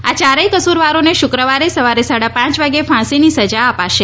આ ચારેય કસૂરવારોને શુક્રવારે સવારે સાડા પાંચ વાગે ફાંસીની સજા અપાશે